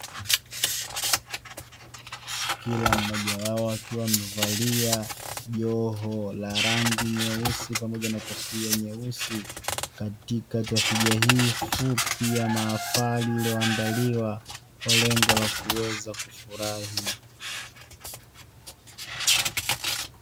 Kila mmoja wao wakiwa amevalia joho la rangi nyeusi pamoja na kofia nyeusi, katika tafrija hii fupi ya mahafali iliyoandaliwa kwa lengo la kuweza kufurahi.